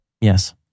Yes